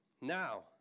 Now